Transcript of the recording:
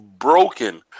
broken